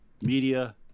media